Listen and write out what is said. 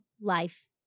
life